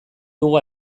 dugu